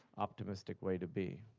optimistic way to be.